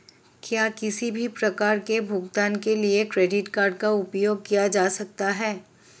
क्या किसी भी प्रकार के भुगतान के लिए क्रेडिट कार्ड का उपयोग किया जा सकता है?